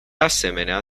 asemenea